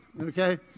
Okay